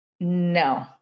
No